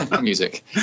Music